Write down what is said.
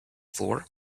floor